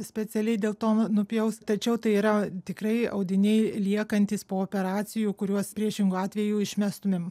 specialiai dėl to nupjaus tačiau tai yra tikrai audiniai liekantys po operacijų kuriuos priešingu atveju išmestumėm